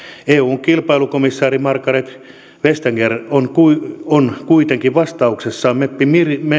eun kilpailukomissaari margrethe vestager on kuitenkin vastauksessaan meppi